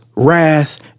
wrath